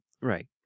right